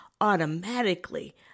automatically